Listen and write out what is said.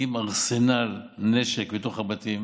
מחזיקים ארסנל נשק בתוך הבתים